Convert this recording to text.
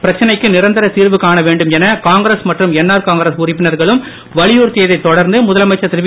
பிரச்சனைக்கு நிரந்தர திர்வு காண வேண்டும் என காங்கிரஸ் மற்றும் என்ஆர் காங்கிரஸ் உறுப்பினர்களும் வலியுறுத்தியதை தொடர்ந்து முதலமைச்சர் திருவி